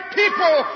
people